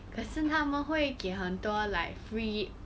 可是他们会给很多 like free